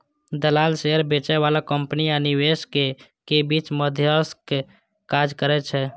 दलाल शेयर बेचय बला कंपनी आ निवेशक के बीच मध्यस्थक काज करै छै